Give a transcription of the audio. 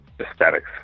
aesthetics